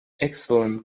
excellent